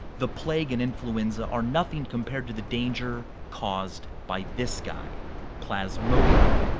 the plague and influenza are nothing compared to the danger caused by this guy plasmodium.